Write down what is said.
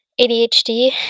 ADHD